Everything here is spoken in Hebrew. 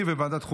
תשעה נגד,